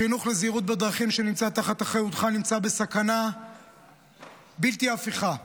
החינוך לזהירות בדרכים שנמצא תחת אחריותך נמצא בסכנה בלתי הפיכה.